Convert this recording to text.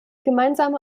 gemeinsame